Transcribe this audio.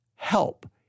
help